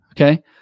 Okay